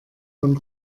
von